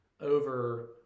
over